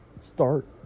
Start